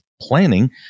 planning